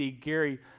Gary